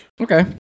Okay